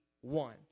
one